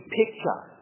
picture